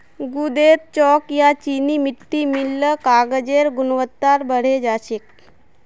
गूदेत चॉक या चीनी मिट्टी मिल ल कागजेर गुणवत्ता बढ़े जा छेक